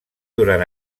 durant